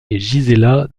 gisela